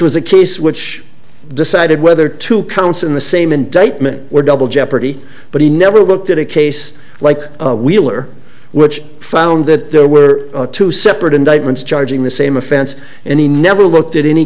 was a case which decided whether to counts in the same indictment or double jeopardy but he never looked at a case like wheeler which found that there were two separate indictments charging the same offense and he never looked at any